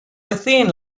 within